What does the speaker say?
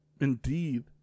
indeed